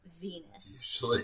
venus